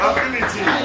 Ability